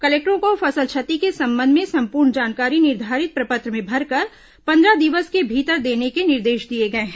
कलेक्टरों को फसल क्षति के संबंध में संपूर्ण जानकारी निर्धारित प्रपत्र में भरकर पन्द्रह दिवस के भीतर देने के निर्देश दिए गए हैं